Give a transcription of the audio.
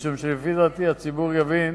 משום שלפי דעתי הציבור יבין